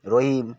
রহিম